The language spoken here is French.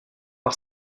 par